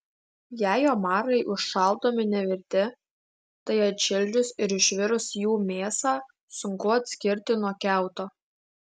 jei omarai užšaldomi nevirti tai atšildžius ir išvirus jų mėsą sunku atskirti nuo kiauto